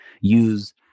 use